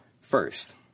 First